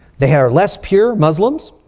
they are less pure muslims,